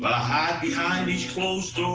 but i hide behind the closed